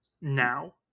now